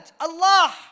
Allah